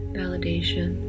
validation